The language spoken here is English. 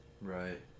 Right